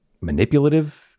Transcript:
manipulative